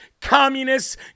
communists